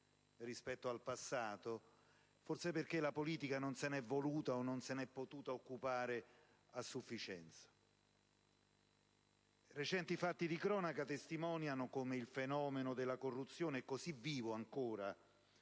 rispetto al passato, forse perché la politica non se ne è voluta o potuta occupare a sufficienza. Recenti fatti di cronaca testimoniano come il fenomeno della corruzione è ancora